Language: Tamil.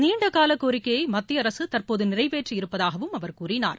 நீண்ட கால கோரிக்கையை மத்திய அரசு தற்போது நிறைவேற்றி இருப்பதாகவும் அவர் கூறினார்